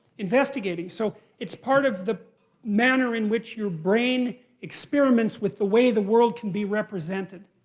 investigating. so it's part of the manner in which your brain experiments with the way the world can be represented.